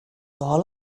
all